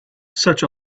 such